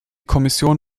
kommission